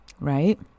right